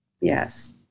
Yes